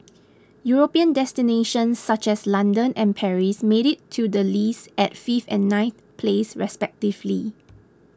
European destinations such as London and Paris made it to the list at fifth and ninth place respectively